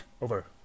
over